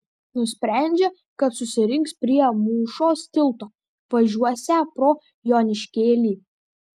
nusprendžia kad susirinks prie mūšos tilto važiuosią pro joniškėlį